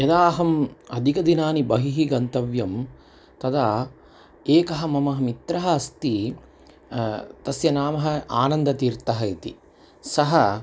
यदाहम् अधिकदिनानि बहिः गन्तव्यं तदा एकः मम मित्रम् अस्ति तस्य नामः आनन्दतीर्थः इति सः